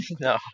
No